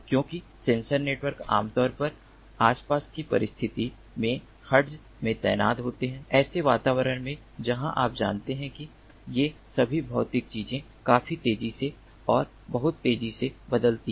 क्योंकि sensor network आमतौर पर आसपास की परिस्थितियों में हर्ट्ज में तैनात होते हैं ऐसे वातावरण में जहां आप जानते हैं कि ये सभी भौतिक चीजें काफी तेजी से और बहुत तेजी से बदलती हैं